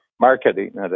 marketing